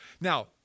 Now